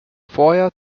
vorher